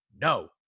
No